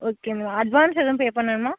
okay ma'am advance எதுவும் pay பண்ணணுமா